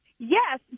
Yes